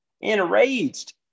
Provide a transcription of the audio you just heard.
enraged